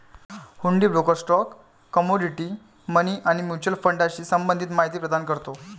हुंडी broker stock, commodity, money आणि mutual फंडाशी संबंधित माहिती प्रदान करतो